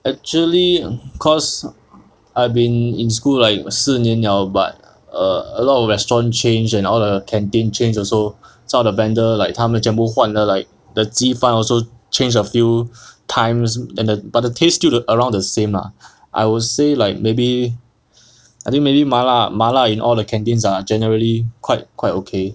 actually cause I've been in school like 四年 liao but a lot of restaurant change and all the canteen change also some of the vendor like 他们全部换 the like the 鸡饭 also changed a few times and the but the taste still around the same lah I would say like maybe I think maybe 麻辣麻辣 in all the canteens are generally quite quite okay